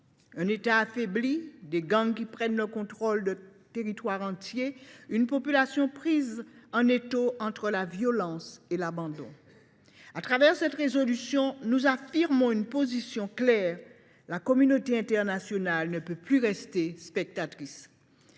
un État affaibli, des gangs qui prennent le contrôle de territoires entiers, une population prise en étau entre la violence et l’abandon. Au travers de cette proposition de résolution, nous affirmons une position claire : la communauté internationale ne peut plus rester spectatrice.